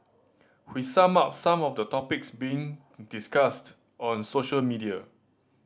we sum up some of the topics being discussed on social media